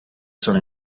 sono